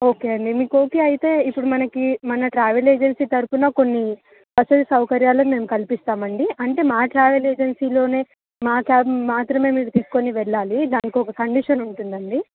okay అండీ మీకు okay అయితే ఇప్పుడు మనకి మన ట్రావెల్ ఏజెన్సీ తరపున కొన్ని వసతి సౌకర్యాలు మేము కల్పిస్తాం అండి అంటే మా ట్రావెల్ ఏజెన్సీలో మా క్యాబ్ మాత్రమే మీరు తీసుకొని వెళ్ళాలి దానికి ఓక కండిషన్ ఉంటుంది అండి